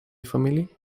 familie